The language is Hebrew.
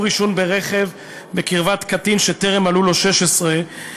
עישון ברכב בקרבת קטין שטרם מלאו לו 16),